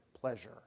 pleasure